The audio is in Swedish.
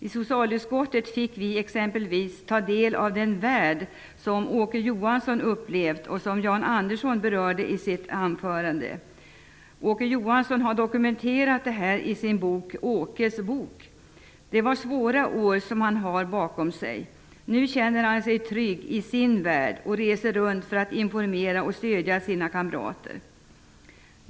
I socialutskottet fick vi exempelvis ta del av den värld som Åke Johansson upplevt, och som Jan Andersson berörde i sitt anförande. Åke Johansson har dokumenterat detta i sin bok Åkes bok. Det är svåra år som han har bakom sig. Nu känner han sig trygg i sin värld, och han reser runt för att informera och stödja sina kamrater.